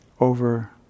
over